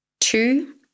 Two